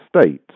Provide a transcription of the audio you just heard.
states